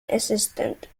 assistant